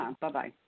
Bye-bye